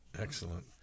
Excellent